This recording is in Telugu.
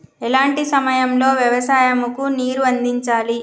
ఎలాంటి సమయం లో వ్యవసాయము కు నీరు అందించాలి?